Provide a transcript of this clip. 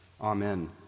Amen